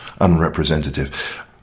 unrepresentative